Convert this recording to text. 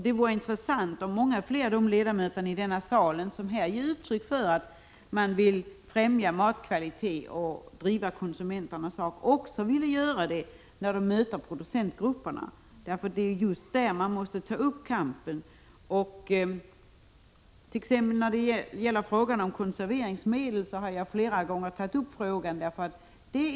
Det vore intressant om många fler av de ledamöter i denna kammare som här ger uttryck för att man vill främja matkvaliteten och driva konsumenternas sak också ville göra det när de möter producentgrupperna. Det är just där man måste ta upp kampen. Jag hart.ex. flera gånger tagit upp frågan om konserveringsmedel.